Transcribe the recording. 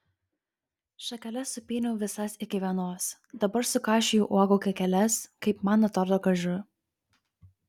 šakeles supyniau visas iki vienos dabar sukaišioju uogų kekeles kaip man atrodo gražu